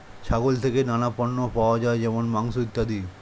ছাগল থেকে নানা পণ্য পাওয়া যায় যেমন মাংস, ইত্যাদি